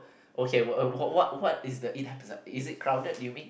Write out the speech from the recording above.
okay wh~ what what is the it happens is it crowded you mean